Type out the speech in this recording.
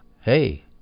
hey